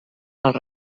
als